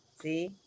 See